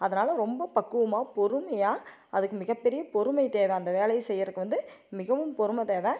அதனாலே ரொம்ப பக்குவமாக பொறுமையாக அதுக்கு மிகப்பெரிய பொறுமை தேவை அந்த வேலையை செய்யுறதுக்கு வந்து மிகவும் பொறுமை தேவை